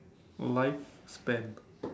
lifespan